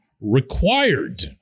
required